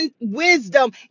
wisdom